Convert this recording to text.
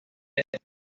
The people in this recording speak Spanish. este